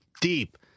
deep